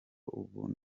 ubu